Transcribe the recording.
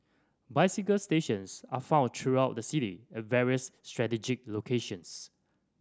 bicycle stations are found throughout the city at various strategic locations